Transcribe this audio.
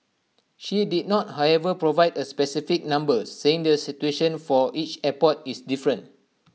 she did not however provide A specific number saying the situation for each airport is different